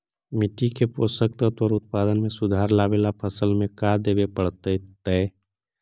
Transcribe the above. मिट्टी के पोषक तत्त्व और उत्पादन में सुधार लावे ला फसल में का देबे पड़तै तै?